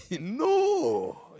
No